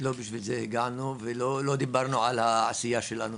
לא בשביל זה הגענו, ולא דיברנו על העשייה שלנו.